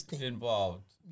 involved